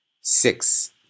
Six